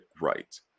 right